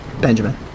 benjamin